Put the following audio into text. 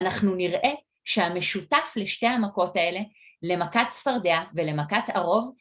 ‫אנחנו נראה שהמשותף לשתי המכות האלה, ‫למכת צפרדע ולמכת ערוב,